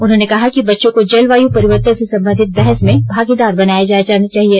उन्होंने कहा कि बच्चों को जलवायु परिवर्तन से सम्बंधित बहस में भागीदार बनाया जाना चाहिए